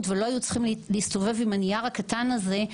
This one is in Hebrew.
וכבר לא היו צריכים להסתובב עם הנייר הקטן הזה,